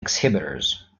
exhibitors